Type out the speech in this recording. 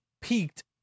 peaked